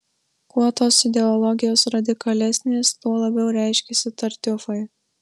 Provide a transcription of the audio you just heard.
kuo tos ideologijos radikalesnės tuo labiau reiškiasi tartiufai